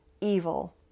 evil